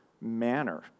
manner